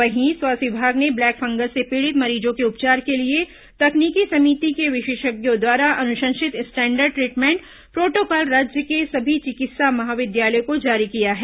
वहीं स्वास्थ्य विभाग ने ब्लैक फंगस से पीड़ित मरीजों के उपचार के लिए तकनीकी समिति के विशेषज्ञों द्वारा अनुशंसित स्टैंडर्ड ट्रीटमेंट प्रोटोकॉल राज्य के सभी चिकित्सा महाविद्यालयों को जारी किया है